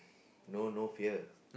no no fear